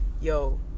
Yo